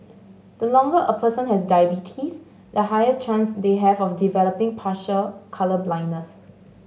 the longer a person has diabetes the higher chance they have of developing partial colour blindness